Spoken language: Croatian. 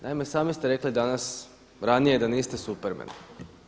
Naime, sami ste rekli danas ranije da niste Superman.